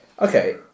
Okay